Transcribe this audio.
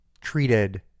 treated